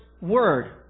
word